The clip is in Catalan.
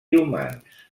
humans